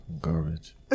garbage